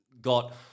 got –